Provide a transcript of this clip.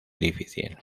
difícil